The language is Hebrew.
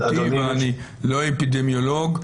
ואני לא אפידמיולוג,